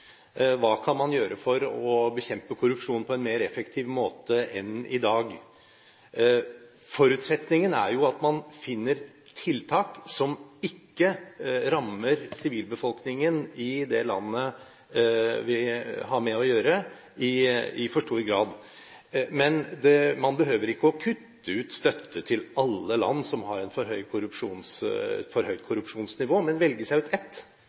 Hva kan man gjøre for å bekjempe korrupsjon på en mer effektiv måte enn i dag? Forutsetningen er jo at man finner tiltak som ikke rammer sivilbefolkningen i det landet vi har med å gjøre, i for stor grad. Man behøver ikke å kutte ut støtte til alle land som har et for høyt korrupsjonsnivå, men velge seg ut ett.